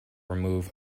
remove